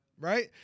right